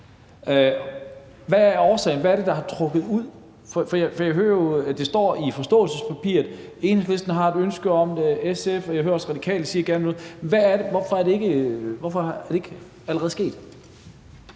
med en finanslov. Hvad er det, der har trukket ud? For det står jo i forståelsespapiret, at Enhedslisten har et ønske om det, og det har SF, og jeg hører også Radikale sige, at de gerne vil. Hvorfor er det ikke allerede sket?